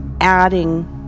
adding